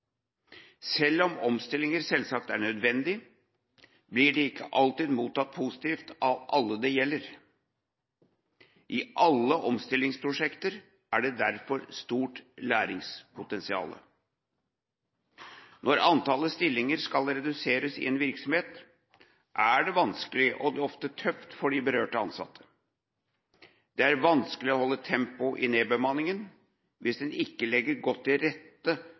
Selv om omstillinger selvsagt er nødvendige, blir de ikke alltid mottatt positivt av alle det gjelder. I alle omstillingsprosjekter er det derfor stort læringspotensial. Når antallet stillinger skal reduseres i en virksomhet, er det vanskelig og ofte tøft for de berørte ansatte. Det er vanskelig å holde tempoet i nedbemanningen hvis en ikke legger godt til rette